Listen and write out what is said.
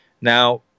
Now